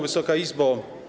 Wysoka Izbo!